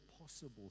possible